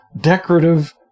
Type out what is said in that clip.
decorative